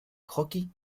hockey